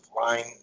line